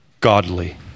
godly